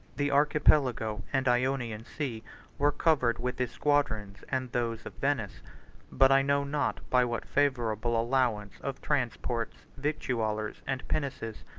the archipelago and ionian sea were covered with his squadrons and those of venice but i know not by what favorable allowance of transports, victuallers, and pinnaces,